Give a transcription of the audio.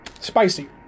spicy